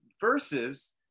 versus